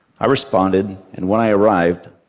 i responded, and when i arrived,